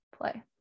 play